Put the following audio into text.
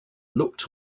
looked